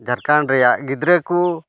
ᱡᱷᱟᱲᱠᱷᱚᱸᱰ ᱨᱮᱭᱟᱜ ᱜᱤᱫᱽᱨᱟᱹ ᱠᱚ